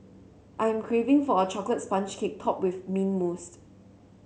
I am craving for a chocolate sponge cake topped with mint mousse